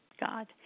God